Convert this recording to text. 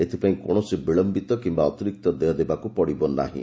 ଏଥିପାଇଁ କୌଣସି ବିଳମ୍ବିତ କିମ୍ବା ଅତିରିକ୍ତ ଦେୟ ଦେବାକୁ ପଡ଼ିବ ନାହିଁ